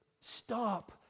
Stop